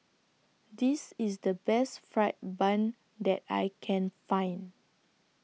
This IS The Best Fried Bun that I Can Find